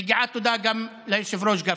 מגיעה תודה גם ליושב-ראש גפני.